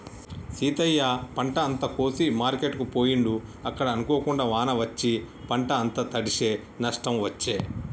సీతయ్య పంట అంత కోసి మార్కెట్ కు పోయిండు అక్కడ అనుకోకుండా వాన వచ్చి పంట అంత తడిశె నష్టం వచ్చే